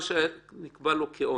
כל מה שנקבע לו כעונש,